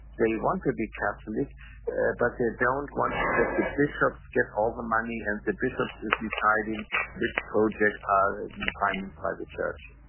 they want to be catholic but they don't want that the bishops get all the money and the bishops, is deciding which projects are financed by the church.